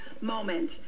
moment